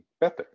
better